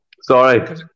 Sorry